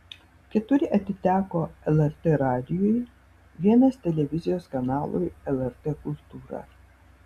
keturi atiteko lrt radijui vienas televizijos kanalui lrt kultūra